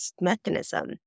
mechanism